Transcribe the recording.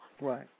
Right